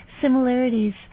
similarities